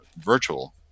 virtual